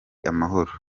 amahoro